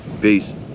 Peace